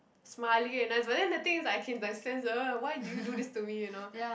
smiling and nice but then the thing is like I can like sense why did you do this to me you know